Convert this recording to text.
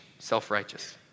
Self-righteous